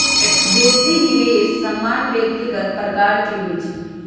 बेशी निवेश सामान्य व्यक्तिगत प्रकार के होइ छइ